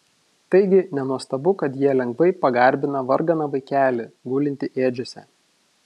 taigi nenuostabu kad jie lengvai pagarbina varganą vaikelį gulintį ėdžiose